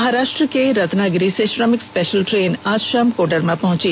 महाराष्ट्र के रत्नागिरी से श्रमिक स्पेशल ट्रेन आज शाम कोडरमा पहुंची